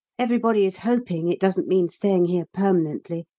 everybody is hoping it doesn't mean staying here permanently,